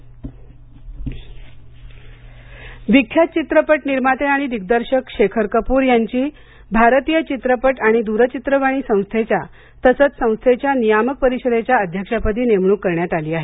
Shekhar Kapoor F T I I विख्यात चित्रपट निर्माते आणि दिग्दर्शक शेखर कपूर यांची भारतीय चित्रपट आणि दूरचित्रवाणी संस्थेच्या तसंच संस्थेच्या नियामक परिषदेच्या अध्यक्षपदी नेमणूक करण्यात आली आहे